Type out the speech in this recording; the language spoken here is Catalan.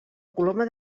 coloma